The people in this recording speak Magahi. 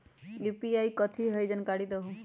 यू.पी.आई कथी है? जानकारी दहु